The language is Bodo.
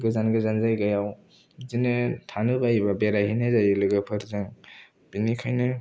गोजान गोजान जायगायाव बिदिनो थानो बायोब्ला बेरायहैनाय जायो लोगोफोरजों बेनिखायनो